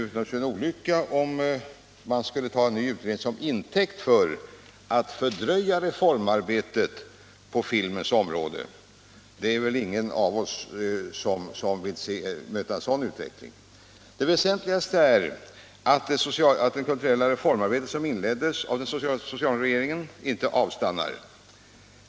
Det vore en olycka om man skulle ta en ny utredning som intäkt för att fördröja reformarbetet på filmens område. Det är väl ingen av oss som vill ha en sådan utveckling. Det väsentligaste är att det kulturella reformarbete som inleddes av den socialdemokratiska regeringen inte avstannar.